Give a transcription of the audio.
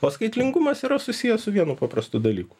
o skaitlingumas yra susijęs su vienu paprastu dalyku